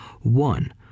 one